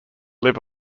live